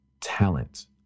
talent